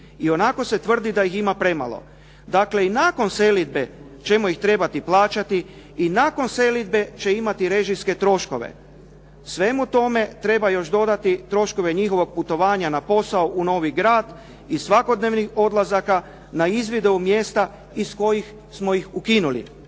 Ionako se tvrdi da ih ima premalo. Dakle, i nakon selidbe ćemo ih trebati plaćati i nakon selidbe će imati režijske troškove. Svemu tome treba još dodati troškove njihovog putovanja na posao u novi grad i svakodnevnih odlazaka na izvide u mjesta iz kojih smo ih ukinuli.